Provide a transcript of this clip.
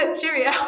cheerio